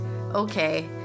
Okay